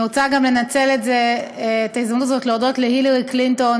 אני רוצה גם לנצל את ההזדמנות הזאת להודות להילרי קלינטון,